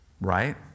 Right